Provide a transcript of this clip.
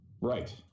right